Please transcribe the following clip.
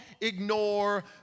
ignore